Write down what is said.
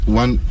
one